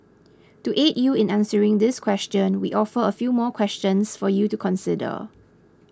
to aid you in answering this question we offer a few more questions for you to consider